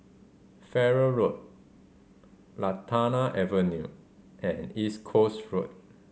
Farrer Road Lantana Avenue and East Coast Road